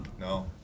No